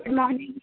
good morning